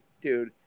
dude